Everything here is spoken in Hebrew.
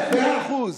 מאה אחוז.